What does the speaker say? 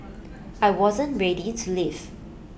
I wasn't ready to leave